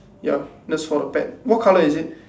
ya that's for the pet what colour is it